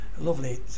Lovely